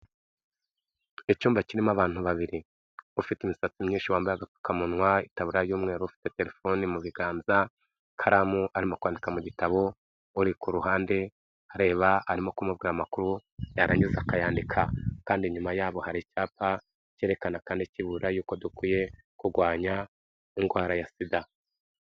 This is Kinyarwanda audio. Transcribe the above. Icyumba kirimo abantu babiri, ufite imisatsi myinshi wambaye agapfukamunwa, itaburiya y'umweru, ufite telefoni mu biganza, ikaramu arimo kwandika mu gitabo, uri ku ruhande areba arimo kumubwira amakuru yarangiza akayandika, kandi nyuma yabo hari icyapa cyerekana kandi kiburira yuko dukwiye kurwanya indwara ya Sida.